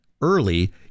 early